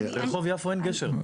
ברחוב יפו אין גשר.